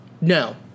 No